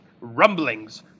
rumblings